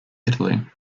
italy